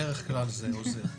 בדרך כלל זה עוזר.